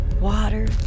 Water